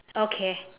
okay